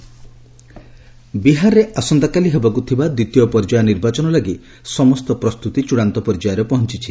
Bihar election ବିହାରରେ ଆସନ୍ତାକାଲି ହେବାକୁ ଥିବା ଦ୍ୱିତୀୟ ପର୍ଯ୍ୟାୟ ନିର୍ବାଚନ ଲାଗି ସମସ୍ତ ପ୍ରସ୍ତୁତି ଚୂଡ଼ାନ୍ତ ପର୍ଯ୍ୟାୟରେ ପହଞ୍ଚିଛି